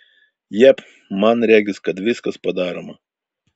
jep man regis kad viskas padaroma